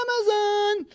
Amazon